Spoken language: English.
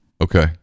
Okay